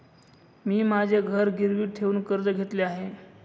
मी माझे घर गिरवी ठेवून कर्ज घेतले आहे